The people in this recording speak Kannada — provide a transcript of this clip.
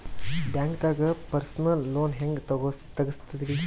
ಬ್ಯಾಂಕ್ದಾಗ ಪರ್ಸನಲ್ ಲೋನ್ ಹೆಂಗ್ ತಗ್ಸದ್ರಿ?